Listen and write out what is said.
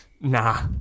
Nah